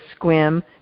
SQUIM